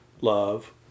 love